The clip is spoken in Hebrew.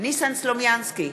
ניסן סלומינסקי,